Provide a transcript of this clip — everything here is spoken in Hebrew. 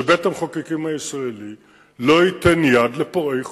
שבית-המחוקקים הישראלי לא ייתן יד לפורעי חוק,